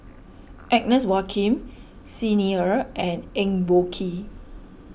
Agnes Joaquim Xi Ni Er and Eng Boh Kee